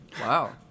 Wow